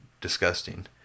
disgusting